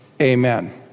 Amen